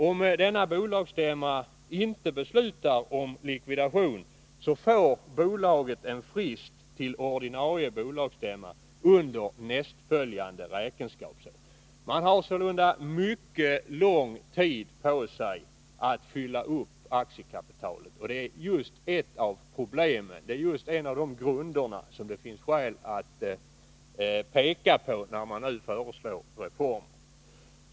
Om denna inte beslutar om likvidation, får bolaget en frist till ordinarie bolagsstämma under nästföljande räkenskapsår. Man har sålunda mycket lång tid på sig att fylla upp aktiekapitalet, och det är just en av de grunder som det finns skäl att peka på när man nu föreslår en reform.